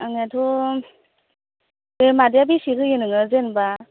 आंनोथ' दे मादैया बेसे होयो नोङो जेनेबा